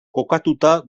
kokatuta